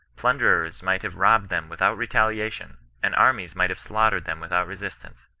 plunderers might have robbed them without retaliation, and armies might have slaughtered them without resistance.